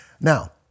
Now